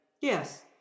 Yes